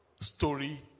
story